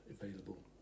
available